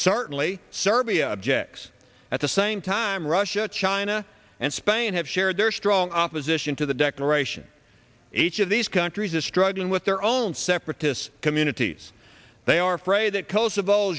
certainly serbia objects at the same time russia china and spain have shared their strong opposition to the declaration each of these countries are struggling with their own separatists communities they are afraid that kosovo